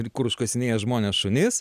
ir kur užkasinėja žmonės šunis